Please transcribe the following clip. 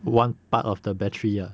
one part of the battery ah